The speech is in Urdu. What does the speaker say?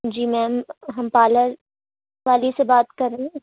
جی میم ہم پارلر والی سے بات کر رہے ہیں